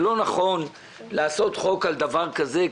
זה לא נכון לחוקק חוק על דבר כזה,